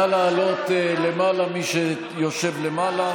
נא לעלות למעלה, מי שיושב למעלה.